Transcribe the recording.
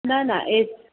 न न ए